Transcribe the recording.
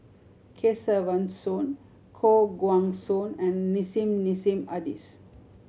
Kesavan Soon Koh Guan Song and Nissim Nassim Adis